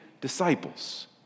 disciples